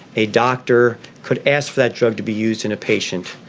a doctor could ask for that drug to be used in a patient.